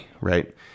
right